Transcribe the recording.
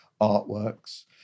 artworks